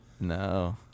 No